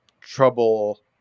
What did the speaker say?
trouble